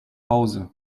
hause